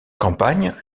campagne